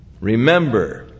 Remember